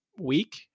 week